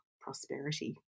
prosperity